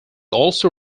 also